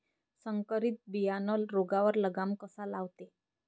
संकरीत बियानं रोगावर लगाम कसा लावते?